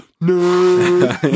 No